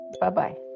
Bye-bye